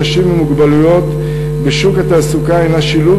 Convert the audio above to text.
אנשים עם מוגבלויות בשוק התעסוקה הנה של שילוב